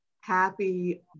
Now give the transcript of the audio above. happy